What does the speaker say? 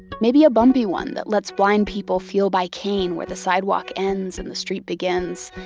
maybe a bumpy one that lets blind people feel by cane where the sidewalk ends and the street begins,